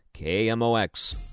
KMOX